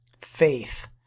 Faith